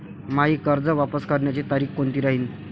मायी कर्ज वापस करण्याची तारखी कोनती राहीन?